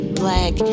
black